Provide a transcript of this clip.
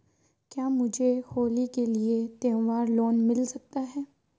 क्या मुझे होली के लिए त्यौहार लोंन मिल सकता है?